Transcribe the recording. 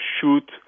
shoot